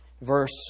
Verse